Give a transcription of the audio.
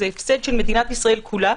זה הפסד של מדינת ישראל כולה.